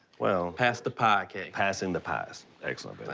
well pass the pie, kay. passing the pies. excellent, vinnie.